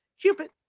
Cupid